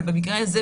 אבל במקרה הזה,